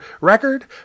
record